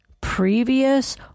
previous